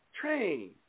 Train